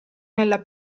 nella